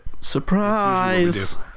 surprise